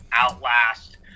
Outlast